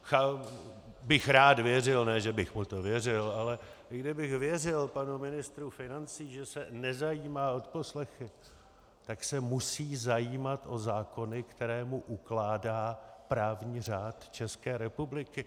Rád bych věřil ne, že bych mu to věřil ale i kdybych věřil panu ministru financí, že se nezajímá o odposlechy, tak se musí zajímat o zákony, které mu ukládá právní řád České republiky.